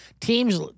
Teams